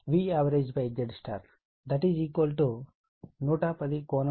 కాబట్టి IaVavZ 110∠0015j6 6